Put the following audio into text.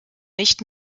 nicht